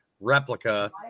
replica